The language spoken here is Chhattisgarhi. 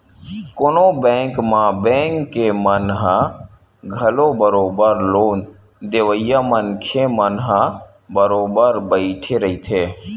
कोनो बेंक म बेंक के मन ह घलो बरोबर लोन देवइया मनखे मन ह बरोबर बइठे रहिथे